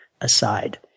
aside